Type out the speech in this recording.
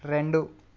రెండు